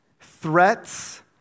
threats